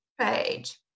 page